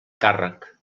càrrec